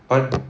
but